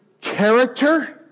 character